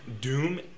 Doom